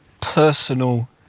personal